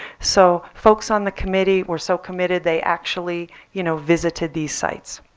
so folks on the committee were so committed they actually you know visited these sites.